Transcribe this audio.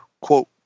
quote